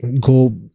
go